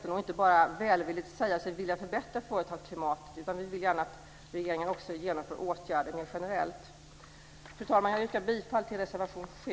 Man ska inte bara välvilligt säga sig vilja förbättra företagsklimatet. Vi vill gärna att regeringen också genomför åtgärder mer generellt. Fru talman! Jag yrkar bifall till reservation 7.